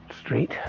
street